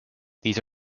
these